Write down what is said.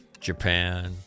Japan